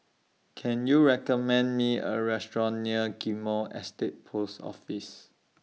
Can YOU recommend Me A Restaurant near Ghim Moh Estate Post Office